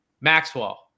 Maxwell